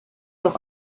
doch